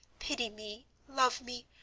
pity me, love me,